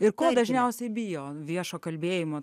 ir kol dažniausiai bijo viešo kalbėjimo